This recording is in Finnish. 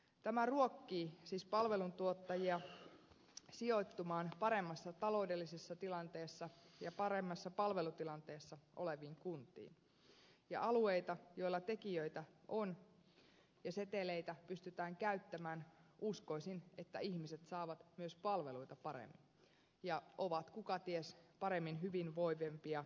tämä ruokkii siis palveluntuottajia sijoittumaan paremmassa taloudellisessa tilanteessa ja paremmassa palvelutilanteessa oleviin kuntiin ja alueilla joilla tekijöitä on ja seteleitä pystytään käyttämään uskoakseni ihmiset saavat myös palveluita paremmin ja ovat kuka ties paremmin hyvinvoivia ja terveempiä